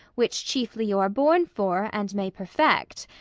which chiefly you are born for, and may perfect,